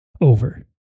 over